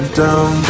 down